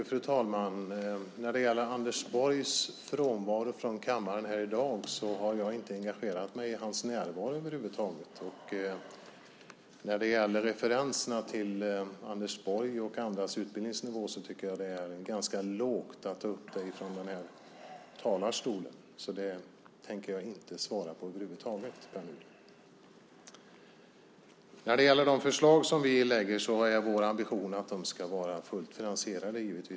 Fru talman! När det gäller Anders Borgs frånvaro från kammaren här i dag har jag inte engagerat mig i hans närvaro över huvud taget. När det gäller referenserna till Anders Borgs och andras utbildningsnivå tycker jag att det är ganska lågt att ta upp det från talarstolen. Så det tänker jag inte svara på över huvud taget, Pär Nuder. När det gäller de förslag som vi lägger fram är vår ambition att de ska vara fullt finansierade givetvis.